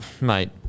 mate